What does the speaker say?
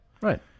right